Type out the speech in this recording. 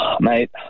Mate